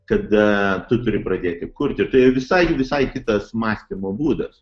kada tu turi pradėti kurti tai visai visai kitas mąstymo būdas